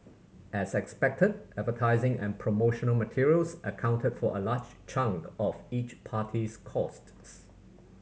as expected advertising and promotional materials accounted for a large chunk of each party's costs